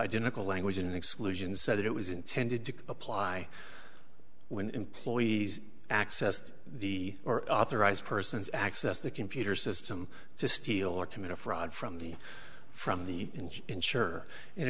identical language in exclusion said that it was intended to apply when employees accessed the or authorized persons access the computer system to steal or commit a fraud from the from the insurer in